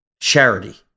charity